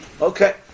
Okay